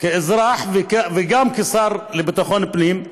כאזרח, וגם כשר לביטחון פנים,